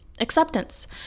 acceptance